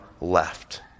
left